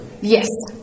Yes